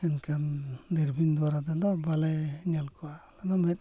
ᱢᱮᱱᱠᱷᱟᱱ ᱫᱩᱨᱵᱤᱱ ᱫᱩᱣᱟᱨᱟ ᱛᱮᱫᱚ ᱵᱟᱞᱮ ᱧᱮᱞ ᱠᱚᱣᱟ ᱟᱞᱮ ᱫᱚ ᱢᱮᱫ